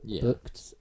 booked